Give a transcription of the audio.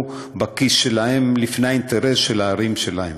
בכיס שלהם לפני האינטרס של הערים שלהם.